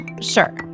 sure